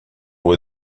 were